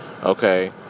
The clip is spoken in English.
okay